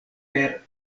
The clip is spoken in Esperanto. per